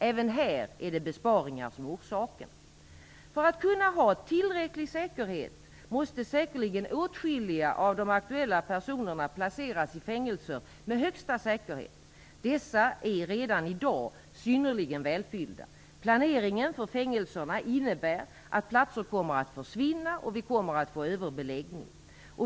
Även här är det besparingar som är orsaken. För att kunna ha tillräcklig säkerhet måste säkerligen åtskilliga av de aktuella personerna placeras i fängelser med högsta säkerhet. Dessa är redan i dag synnerligen välfyllda. Planeringen för fängelserna innebär att platser kommer att försvinna och att det blir överbeläggning.